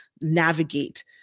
navigate